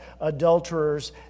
adulterers